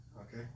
Okay